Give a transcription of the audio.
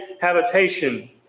habitation